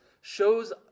shows